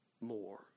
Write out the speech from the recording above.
more